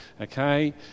okay